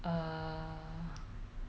err